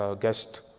guest